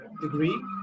degree